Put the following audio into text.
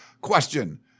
question